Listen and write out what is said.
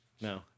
No